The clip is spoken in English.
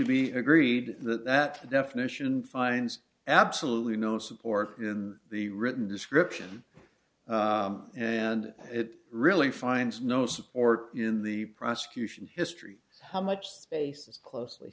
to be agreed that that definition finds absolutely no support in the written description and it really finds no support in the prosecution history how much space is closely